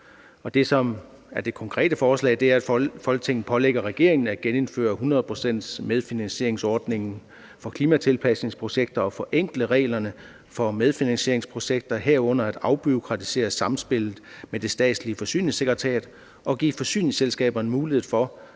det konkrete forslag, er, at Folketinget pålægger regeringen at genindføre 100-procentsmedfinansieringsordningen for klimatilpasningsprojekter og forenkle reglerne for medfinansieringsprojekter, herunder at afbureaukratisere samspillet med det statslige forsyningssekretariat og give forsyningsselskaber mulighed for